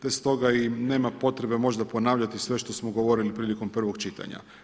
Bez toga i nema potrebe možda ponavljati sve što smo govorili prilikom prvog čitanja.